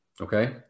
okay